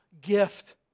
gift